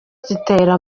zitera